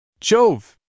Jove